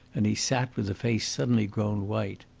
and he sat with a face suddenly grown white.